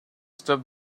stop